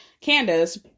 Candace